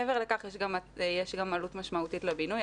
מעבר לכך יש גם עלות משמעותית לבינוי,